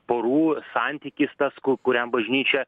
porų santykis tas ku kuriam bažnyčia